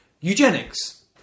eugenics